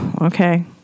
Okay